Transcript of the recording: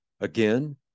Again